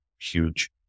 huge